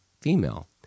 female